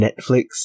Netflix